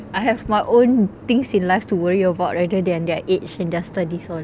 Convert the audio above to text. I have my own things in life to worry about rather than their age and their studies all